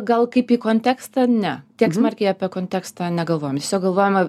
gal kaip į kontekstą ne tiek smarkiai apie kontekstą negalvojom tiesiog galvojome